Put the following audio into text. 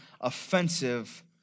offensive